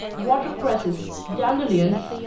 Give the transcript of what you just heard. water cresses, dandelions,